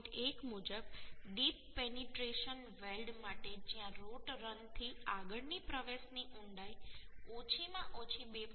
1 મુજબ deep penetration weld માટે જ્યાં રૂટ રન થી આગળની પ્રવેશની ઊંડાઈ ઓછી માં ઓછી 2